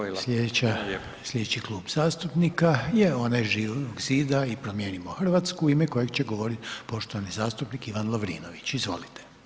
Slijedeća, slijedeći Klub zastupnika je onaj Živog zida i Promijenimo Hrvatsku u ime kojeg će govorit poštovani zastupnik Ivan Lovrinović, izvolite.